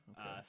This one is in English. okay